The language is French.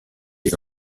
des